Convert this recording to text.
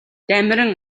дамиран